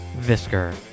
Visker